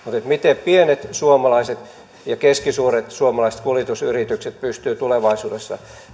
miten pienet ja keskisuuret suomalaiset kuljetusyritykset pystyvät tulevaisuudessa